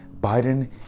Biden